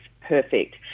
perfect